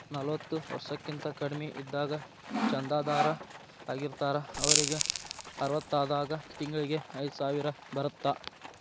ನಲವತ್ತ ವರ್ಷಕ್ಕಿಂತ ಕಡಿಮಿ ಇದ್ದಾಗ ಚಂದಾದಾರ್ ಆಗಿರ್ತಾರ ಅವರಿಗ್ ಅರವತ್ತಾದಾಗ ತಿಂಗಳಿಗಿ ಐದ್ಸಾವಿರ ಬರತ್ತಾ